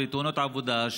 תאונות עבודה,